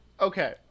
Okay